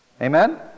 Amen